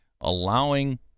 allowing